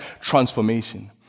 transformation